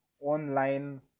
online